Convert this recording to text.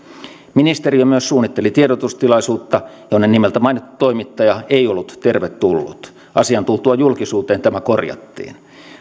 ministeriö myös suunnitteli tiedotustilaisuutta jonne nimeltä mainittu toimittaja ei ollut tervetullut asian tultua julkisuuteen tämä korjattiin